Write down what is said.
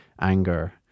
anger